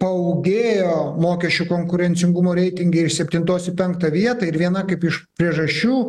paūgėjo mokesčių konkurencingumo reitinge iš septintos į penktą vietą ir viena kaip iš priežasčių